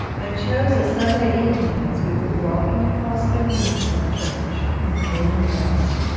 i chose a sunday evening as we were walking across the green from church in the golden dusk,